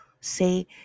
say